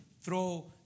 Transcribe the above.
throw